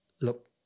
look